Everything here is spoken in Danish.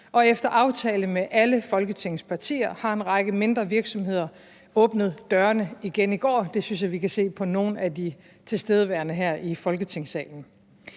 Og efter aftale med alle Folketingets partier har en række mindre virksomheder åbnet dørene igen i går, og det synes jeg man kan se på nogle af de tilstedeværende her i Folketingssalen.